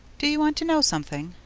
do you want to know something?